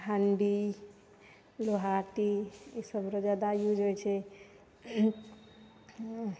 हण्डी लोहाटी ई सब रोज दैए जाइ छै